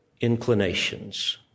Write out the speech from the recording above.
inclinations